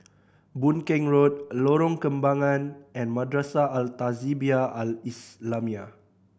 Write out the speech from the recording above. Boon Keng Road Lorong Kembagan and Madrasah Al Tahzibiah Al Islamiah